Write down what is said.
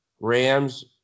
Rams